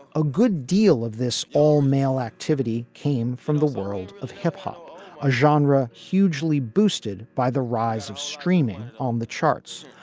a good deal of this all male activity came from the world of hip hop a zandra hugely boosted by the rise of streaming on the charts.